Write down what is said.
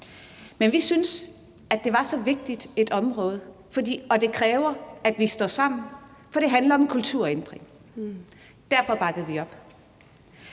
Men vi syntes, det var så vigtigt et område, at det krævede, at vi står sammen, for det handler om kulturændringer, og derfor bakkede vi op.